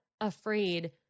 afraid